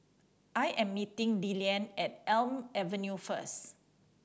I am meeting Lillian at Elm Avenue first